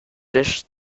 dish